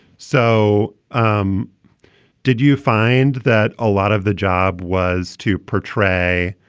so um did you find that a lot of the job was to portray,